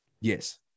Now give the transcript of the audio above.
Yes